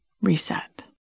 reset